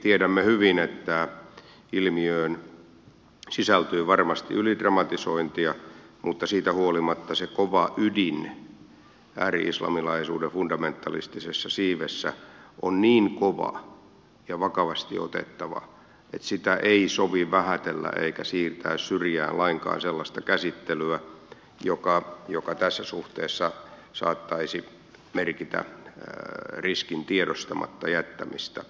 tiedämme hyvin että ilmiöön sisältyy varmasti ylidramatisointia mutta siitä huolimatta se kova ydin ääri islamilaisuuden fundamentalistisessa siivessä on niin kova ja vakavasti otettava että sitä ei sovi vähätellä eikä siirtää syrjään lainkaan sellaista käsittelyä joka tässä suhteessa saattaisi merkitä riskin tiedostamatta jättämistä